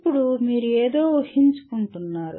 అప్పుడు మీరు ఏదో ఊహించుకుంటున్నారు